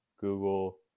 Google